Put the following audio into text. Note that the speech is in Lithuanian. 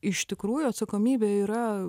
iš tikrųjų atsakomybė yra